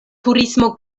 turismo